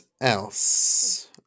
else